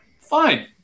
fine